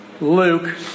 Luke